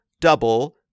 double